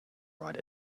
write